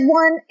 one